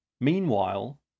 Meanwhile